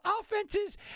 offenses